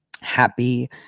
happy